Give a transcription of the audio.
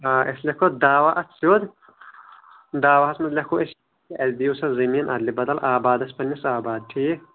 أسۍ لٮ۪کھو دعوا اتھ سید دعواہس منٛز لٮ۪کھو أسۍ اسہِ دِیو سا زٔمیٖن ادلہٕ بدل آبادس پَننِس آباد